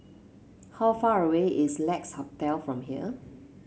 how far away is Lex Hotel from here